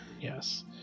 Yes